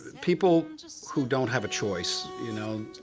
people who don't have a choice, you know,